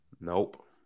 Nope